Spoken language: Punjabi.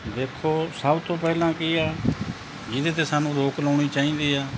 ਦੇਖੋ ਸਭ ਤੋਂ ਪਹਿਲਾਂ ਕੀ ਆ ਜਿਹਦੇ 'ਤੇ ਸਾਨੂੰ ਰੋਕ ਲਾਉਣੀ ਚਾਹੀਦੀ ਆ